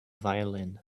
violin